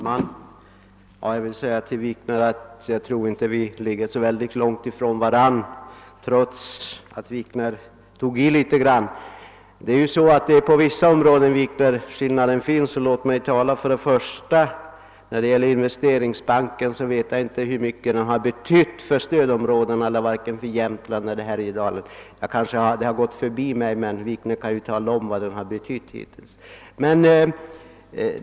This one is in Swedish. Herr talman! Till herr Wikner vill jag säga att jag inte tror att vi står så långt ifrån varandra, trots att herr Wikner tog i litet. Men på vissa områden skiljer vi oss åt. Jag vet t.ex. inte hur mycket Investeringsbanken har betytt för stödområdena — varken för Jämtland eller för Härjedalen. Det kanske har gått mig förbi, men herr Wikner kan ju tala om vad den har betytt hittills.